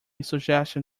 suggestion